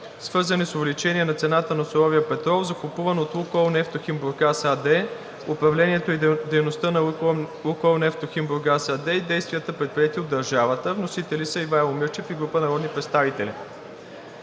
свързани с увеличение на цената на суровия петрол, закупуван от „Лукойл Нефтохим Бургас“ АД, управлението и дейността на „Лукойл Нефтохим Бургас“ АД и действията, предприети от държавата. Вносители са Ивайло Мирчев и група народни представители.